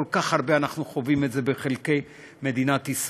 כל כך הרבה אנחנו חווים את זה בחלקים נוספים במדינת ישראל,